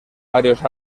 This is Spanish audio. varios